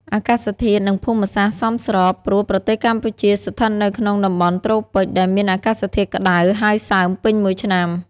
អាកាសធាតុនិងភូមិសាស្ត្រសមស្រប ព្រោះប្រទេសកម្ពុជាស្ថិតនៅក្នុងតំបន់ត្រូពិចដែលមានអាកាសធាតុក្តៅហើយសើមពេញមួយឆ្នាំ។